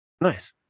Nice